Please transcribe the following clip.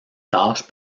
tâche